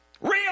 Real